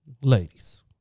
Ladies